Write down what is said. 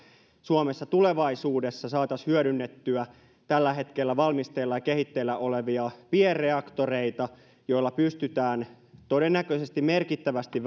suomessa tulevaisuudessa saataisiin hyödynnettyä tällä hetkellä valmisteilla ja kehitteillä olevia pienreaktoreita joilla pystytään todennäköisesti merkittävästi